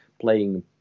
playing